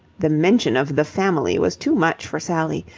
the mention of the family was too much for sally.